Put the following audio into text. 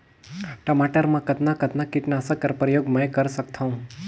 टमाटर म कतना कतना कीटनाशक कर प्रयोग मै कर सकथव?